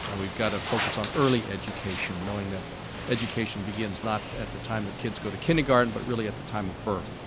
and we've got to focus on early education knowing that education begins not at the time the kids go to kindergarten, but really at the time of birth.